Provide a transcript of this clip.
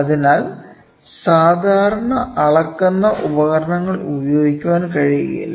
അതിനാൽ സാധാരണ അളക്കുന്ന ഉപകരണങ്ങൾ ഉപയോഗിക്കാൻ കഴിയില്ല